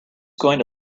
going